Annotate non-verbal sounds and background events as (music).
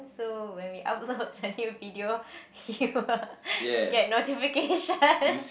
so when we upload a new video (laughs) you will get notifications (laughs)